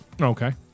Okay